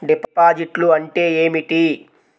డిపాజిట్లు అంటే ఏమిటి?